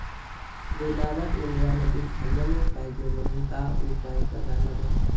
गोदामात उंदरायनं पीक खाल्लं नाही पायजे म्हनून का उपाय करा लागन?